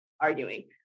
arguing